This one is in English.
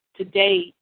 Today